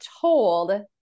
told